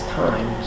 time